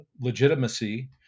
legitimacy